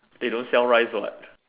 they don't sell rice what